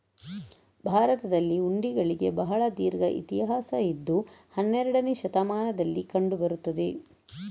ಭಾರತದಲ್ಲಿ ಹುಂಡಿಗಳಿಗೆ ಬಹಳ ದೀರ್ಘ ಇತಿಹಾಸ ಇದ್ದು ಹನ್ನೆರಡನೇ ಶತಮಾನದಲ್ಲಿ ಕಂಡು ಬರುತ್ತದೆ